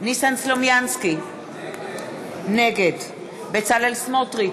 ניסן סלומינסקי, נגד בצלאל סמוטריץ,